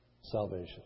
salvation